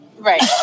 Right